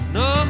no